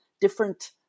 different